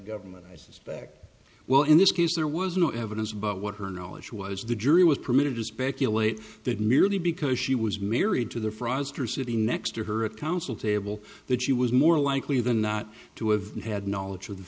government i suspect well in this case there was no evidence about what her knowledge was the jury was permitted to speculate that merely because she was married to the fraudster sitting next to her at counsel table that she was more likely than not to have had knowledge of the